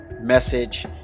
message